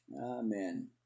Amen